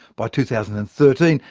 by two thousand and thirteen,